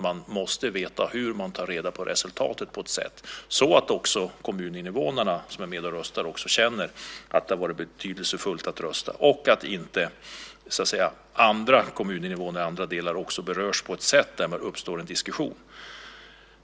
Man måste veta hur man tar hand om resultatet på ett sådant sätt att kommuninvånarna som är med och röstar känner att det har varit betydelsefullt att rösta och att inte invånare i andra kommuner berörs på ett sådant sätt att det därmed uppstår en diskussion.